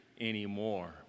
anymore